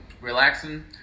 Relaxing